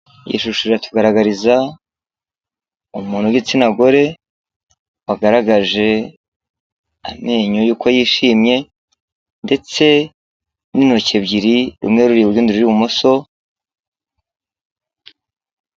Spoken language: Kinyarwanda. Iyi shusho iratugaragariza umuntu w'igitsina gore wagaragaje amenyo y'uko yishimye, ndetse n'intoki ebyiri rumwe ruri iburyo urundi ruri ib'umoso.